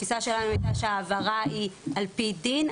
התפיסה שלנו הייתה שההעברה היא על פי דין,